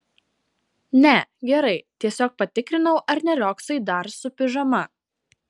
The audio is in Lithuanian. ne gerai tiesiog patikrinau ar neriogsai dar su pižama